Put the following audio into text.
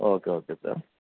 okay okay sir